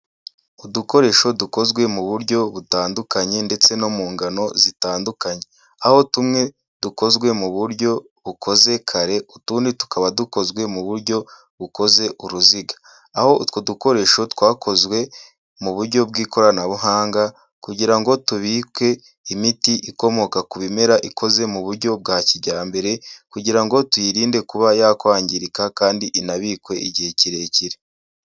Udukoresho dukozwe mu buryo butandukanye ndetse no mu ngano zitandukanye. Aho tumwe dukozwe mu buryo bukoze kare, utundi tukaba dukozwe mu buryo bukoze uruziga. Aho utwo dukoresho twakozwe mu buryo bw'ikoranabuhanga, kugira ngo tubike imiti ikomoka ku bimera ikoze mu buryo bwa kijyambere, kugira ngo tuyirinde kuba yakwangirika kandi inabikwe igihe kirekire.